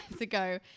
ago